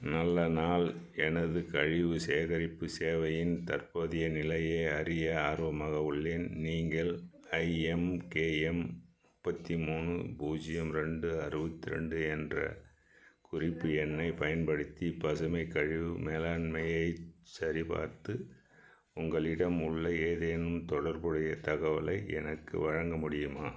நல்ல நாள் எனது கழிவு சேகரிப்பு சேவையின் தற்போதைய நிலையை அறிய ஆர்வமாக உள்ளேன் நீங்கள் ஐஎம்கேஎம் முப்பத்தி மூணு பூஜ்ஜியம் ரெண்டு அறுபத்து ரெண்டு என்ற குறிப்பு எண்ணைப் பயன்படுத்தி பசுமைக் கழிவு மேலாண்மையை சரிபார்த்து உங்களிடம் உள்ள ஏதேனும் தொடர்புடையத் தகவலை எனக்கு வழங்க முடியுமா